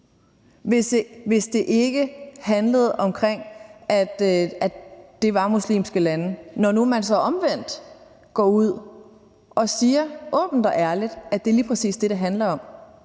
hvis det ikke handlede om, at det var muslimske lande? Når nu man så omvendt går ud og åbent og ærligt siger, at det lige præcis er det, det handler om,